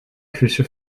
küche